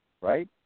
Right